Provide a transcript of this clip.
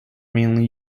mainly